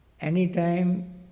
anytime